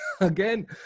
again